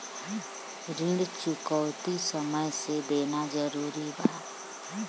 ऋण चुकौती समय से देना जरूरी बा?